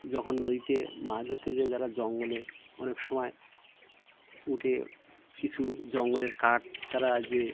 যখন নদীতে মাছ ধরতে যায় তারা জঙ্গলে অনেক সময় উঠে কিছু জঙ্গলের কাঠ তারা যে